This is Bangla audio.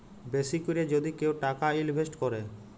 বেশি ক্যরে যদি কেউ টাকা ইলভেস্ট ক্যরে